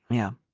yeah.